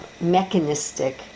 mechanistic